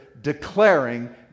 declaring